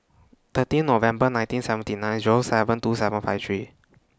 thirteen November nineteen seventy nine Zero seven two seven five three